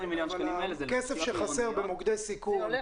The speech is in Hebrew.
זה כסף שחסר במוקדי סיכון,